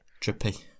Trippy